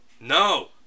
No